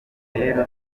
rero